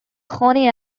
connie